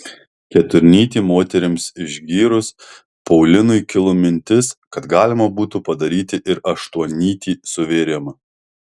keturnytį moterims išgyrus paulinui kilo mintis kad galima būtų padaryti ir aštuonnytį suvėrimą